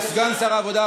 סגן שר העבודה,